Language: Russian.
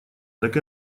так